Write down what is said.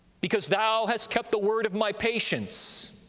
because thou hast kept the word of my patience,